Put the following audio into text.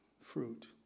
fruit